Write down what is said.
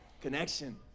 Connection